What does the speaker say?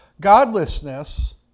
Godlessness